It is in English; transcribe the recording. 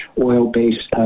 oil-based